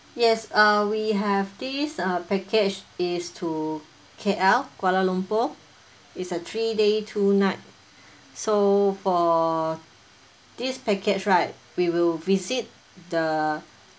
yes uh we have this uh package is to K_L kuala lumpur it's a three day two night so for this package right we will visit the